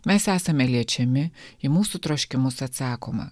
mes esame liečiami į mūsų troškimus atsakoma